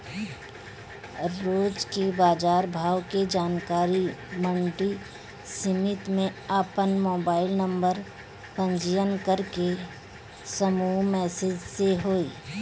रोज के बाजार भाव के जानकारी मंडी समिति में आपन मोबाइल नंबर पंजीयन करके समूह मैसेज से होई?